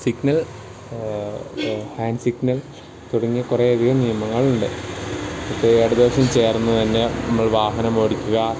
signal hand signal തുടങ്ങിയ കുറേ അധികം നിയമങ്ങളുണ്ട് ഇപ്പോൾ ഈ ഇടതുവശം ചേർന്നുതന്നെ നമ്മൾ വാഹനം ഓടിക്കുക